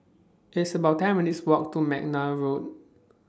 It's about ten minutes' Walk to Mcnair Road